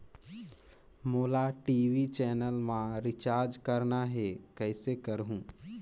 मोला TV channel मा recharge करना हे, कइसे करहुँ?